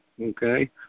okay